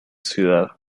ciudad